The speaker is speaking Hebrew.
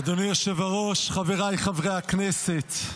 אדוני היושב-ראש, חבריי חברי הכנסת,